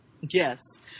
Yes